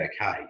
okay